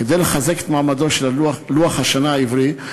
כדי לחזק את מעמדו של לוח השנה העברי,